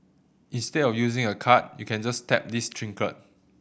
instead of using a card you can just tap this trinket